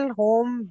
home